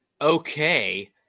okay